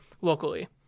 locally